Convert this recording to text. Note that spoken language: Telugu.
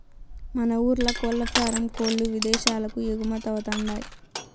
మన ఊర్ల కోల్లఫారం కోల్ల్లు ఇదేశాలకు ఎగుమతవతండాయ్